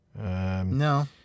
No